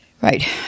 Right